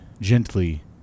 gently